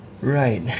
Right